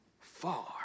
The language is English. far